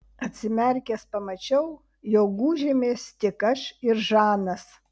atsimerkęs pamačiau jog gūžėmės tik aš ir žanas